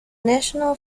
national